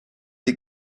est